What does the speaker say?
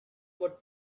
would